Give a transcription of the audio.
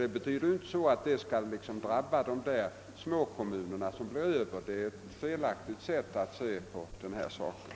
I ett sådant fall skulie inte de småkommuner som blir över behöva drabbas. Det är ett felaktigt sätt att se på denna fråga.